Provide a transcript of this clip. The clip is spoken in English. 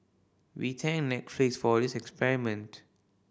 we thank Netflix for this experiment